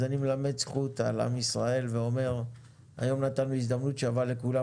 אני מלמד זכות על עם ישראל ואומר שהיום נתנו הזדמנות שווה לכולם